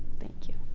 thank you.